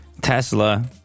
tesla